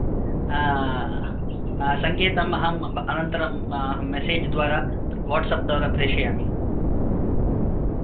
सङ्केतम् अहम् अनन्तरम् अहं मेसेज् द्वारा वाट्साप् द्वारा प्रेषयामि